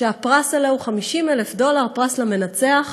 שהפרס עליה הוא 50,000 דולר, פרס למנצח,